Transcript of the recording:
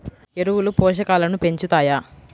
ఎరువులు పోషకాలను పెంచుతాయా?